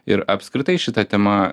ir apskritai šita tema